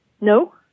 no